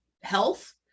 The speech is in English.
health